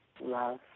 love